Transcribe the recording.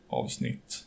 avsnitt